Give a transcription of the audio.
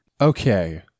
Okay